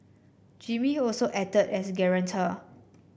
Jimmy also acted as guarantor